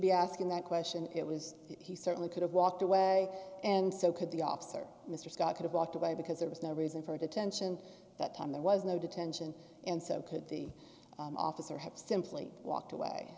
be asking that question it was he certainly could have walked away and so could the officer mr scott could have walked away because there was no reason for detention that time there was no detention and so could the officer have simply walked away